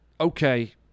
Okay